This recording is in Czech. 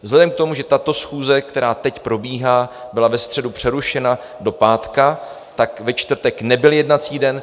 Vzhledem k tomu, že tato schůze, která teď probíhá, byla ve středu přerušena do pátku, tak ve čtvrtek nebyl jednací den.